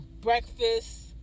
breakfast